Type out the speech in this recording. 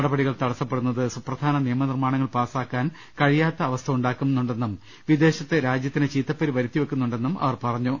നടപടികൾ തടസ്സപ്പെടു ന്നത് സുപ്രധാന നിയമനിർമ്മാണങ്ങൾ പാസ്സാക്കാൻ കഴിയാത്ത അവസ്ഥ ഉണ്ടാക്കുന്നുണ്ടെന്നും വിദേശത്ത് രാജ്യത്തിന് ചീത്തപ്പേര് വരുത്തിവെക്കു ന്നുണ്ടെന്നും അവർ പറഞ്ഞു